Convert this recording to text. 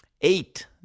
Eight